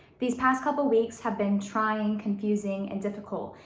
these past couple weeks have been trying, confusing and difficult,